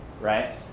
right